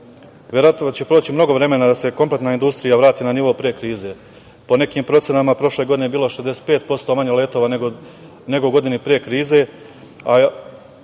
Verovatno da će proći mnogo vremena da se kompletna industrija vrati na nivo pre krize. Po nekim procenama, prošle godine je bilo 65% manje letova nego u godini pre krize,